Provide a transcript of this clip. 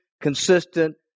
consistent